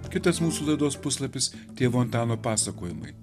kitas mūsų laidos puslapis tėvo antano pasakojimai